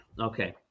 Okay